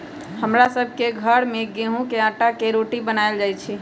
हमरा सभ के घर में गेहूम के अटा के रोटि बनाएल जाय छै